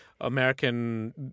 American